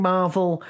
Marvel